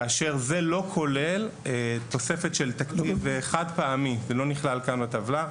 כאשר זה לא כולל תוספת של תקציב חד פעמי שלא נכלל כאן בטבלה,